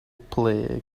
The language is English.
plague